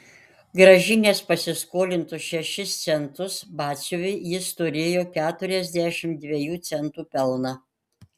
grąžinęs pasiskolintus šešis centus batsiuviui jis turėjo keturiasdešimt dviejų centų pelną